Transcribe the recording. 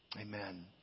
amen